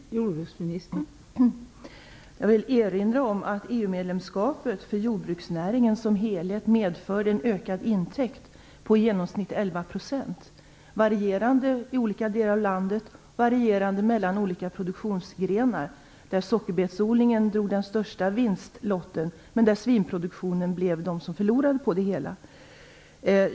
Fru talman! Jag vill erinra om att EU medlemskapet medför en ökad intäkt för jordbruksnäringen som helhet på i genomsnitt 11 %. Det varierar i olika delar av landet och mellan olika produktionsgrenar. Sockerbetsodlingen drog den största vinstlotten, och svinproduktionen förlorade på det hela.